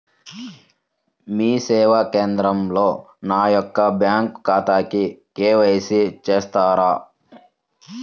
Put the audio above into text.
మీ సేవా కేంద్రంలో నా యొక్క బ్యాంకు ఖాతాకి కే.వై.సి చేస్తారా?